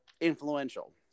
influential